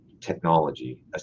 technology